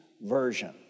version